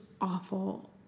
awful